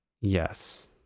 yes